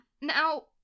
Now